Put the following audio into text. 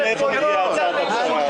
חושב שאנחנו דוגלים בעניין הזה.